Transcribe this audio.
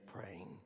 praying